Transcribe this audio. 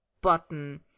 button